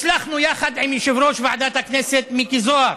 הצלחנו, יחד עם יושב-ראש ועדת הכנסת מיקי זוהר,